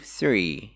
three